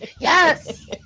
Yes